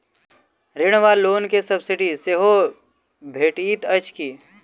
ऋण वा लोन केँ सब्सिडी सेहो भेटइत अछि की?